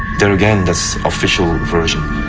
there again, that's official and version.